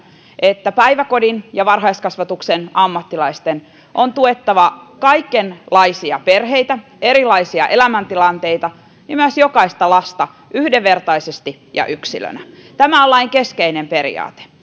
että päiväkodin ja varhaiskasvatuksen ammattilaisten on tuettava kaikenlaisia perheitä erilaisia elämäntilanteita ja myös jokaista lasta yhdenvertaisesti ja yksilönä tämä on lain keskeinen periaate